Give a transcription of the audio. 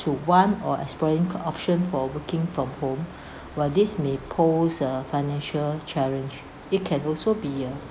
to one or exploring ko~ option for working from home while this may pose a financial challenge it can also be uh